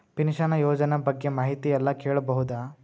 Pension ಯೋಜನ ಬಗ್ಗೆ ಮಾಹಿತಿ ಎಲ್ಲ ಕೇಳಬಹುದು?